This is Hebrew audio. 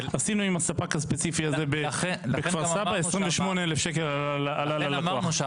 בכפר סבא עשינו עם הספק הספציפי הזה וזה עלה ללקוח 28,000 שקל.